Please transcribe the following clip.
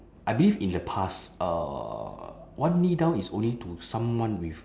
I believe in the past uh one knee down is only to someone with